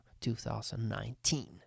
2019